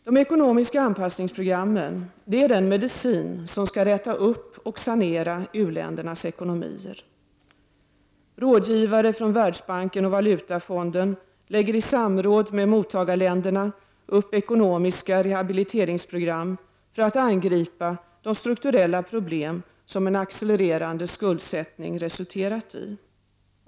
De ekonomiska anpassningsprogrammen är den medicin som skall rätas upp och sanera u-ländernas ekonomier. Rådgivare från Världsbanken och Valutafonden lägger i samråd med mottagarländerna upp ekonomiska rehabiliteringsprogram för att angripa de strukturella problem som en accelerande skuldsättning resulterat i.